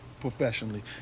Professionally